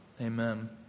Amen